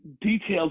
details